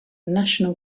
national